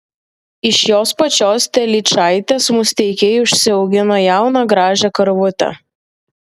iš jos pačios telyčaitės musteikiai užsiaugino jauną gražią karvutę